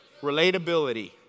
Relatability